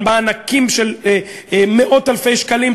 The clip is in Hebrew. על מענקים של מאות-אלפי שקלים,